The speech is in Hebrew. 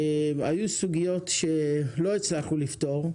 היו סוגיות שלא הצלחנו לפתור,